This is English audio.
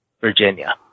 Virginia